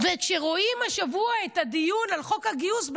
כשרואים השבוע את הדיון על חוק הגיוס,